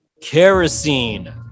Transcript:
kerosene